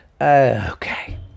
Okay